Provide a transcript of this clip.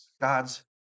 God's